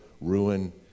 ruin